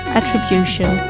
attribution